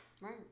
Right